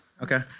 Okay